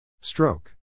Stroke